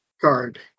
card